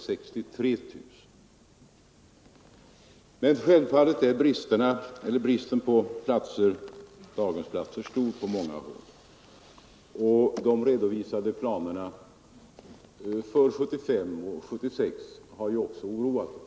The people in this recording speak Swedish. Vi har nu år 1974 närmare 63 000 platser. = Men bristen på daghemsplatser är stor på många håll, och de redovisade = Ang. fjärrbusstrafiplanerna för 1975 och 1976 har ju också oroat oss.